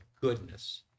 goodness